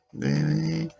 baby